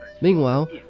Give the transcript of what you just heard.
Meanwhile